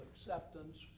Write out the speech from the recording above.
acceptance